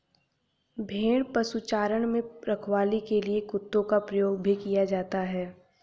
भेड़ पशुचारण में रखवाली के लिए कुत्तों का प्रयोग भी किया जाता है